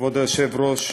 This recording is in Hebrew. כבוד היושב-ראש,